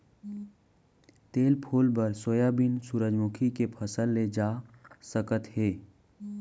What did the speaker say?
तेल फूल बर सोयाबीन, सूरजमूखी के फसल ले जा सकत हे